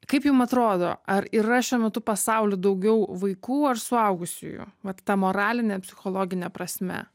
kaip jum atrodo ar yra šiuo metu pasauly daugiau vaikų ar suaugusiųjų vat ta moraline psichologine prasme